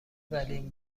ولین